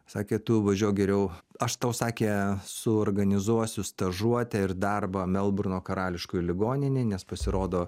sakė tu važiuok geriau aš tau sakė suorganizuosiu stažuotę ir darbą melburno karališkoj ligoninėj nes pasirodo